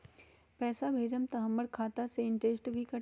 पैसा भेजम त हमर खाता से इनटेशट भी कटी?